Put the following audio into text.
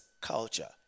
culture